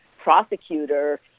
prosecutor